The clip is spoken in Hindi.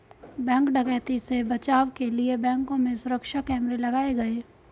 बैंक डकैती से बचाव के लिए बैंकों में सुरक्षा कैमरे लगाये गये